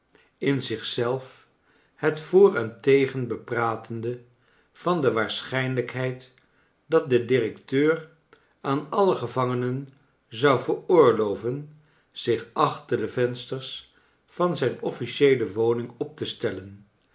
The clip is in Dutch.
in zich zelf het voor en tegen bepratende van de waarseliijnlijkheid dat de directeur aan alle gevangenen zou veroorloven zich achter de vensters van zijn officieelc woning op te stellen